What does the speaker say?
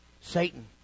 Satan